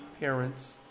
parents